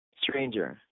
stranger